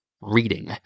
reading